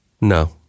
no